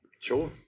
Sure